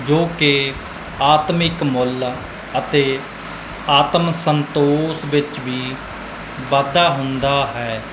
ਜੋ ਕਿ ਆਤਮਿਕ ਮੁੱਲ ਅਤੇ ਆਤਮ ਸੰਤੋਸ਼ ਵਿੱਚ ਵੀ ਵਾਧਾ ਹੁੰਦਾ ਹੈ